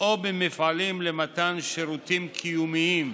או במפעלים למתן שירותים קיומיים.